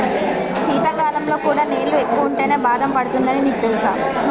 శీతాకాలంలో కూడా నీళ్ళు ఎక్కువుంటేనే బాదం పండుతుందని నీకు తెలుసా?